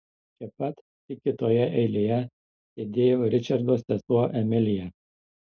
čia pat tik kitoje eilėje sėdėjo ričardo sesuo emilija